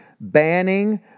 banning